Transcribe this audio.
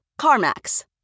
CarMax